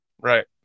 Right